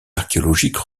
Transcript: archéologiques